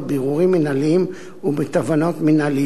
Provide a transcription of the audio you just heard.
בערעורים מינהליים ובתובענות מינהליות,